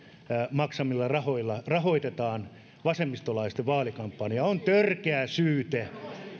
maksamilla rahoilla rahoitetaan vasemmistolaisten vaalikampanjaa on törkeä syyte